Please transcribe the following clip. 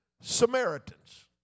Samaritans